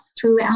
throughout